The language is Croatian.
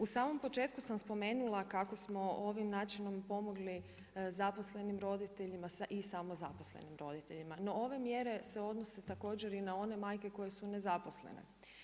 U samom početku sam spomenula kako smo ovim načinom pomogli zaposlenim roditeljima i samozaposlenim roditeljima, no ove mjere se odnose također i na one majke koje su nezaposlene.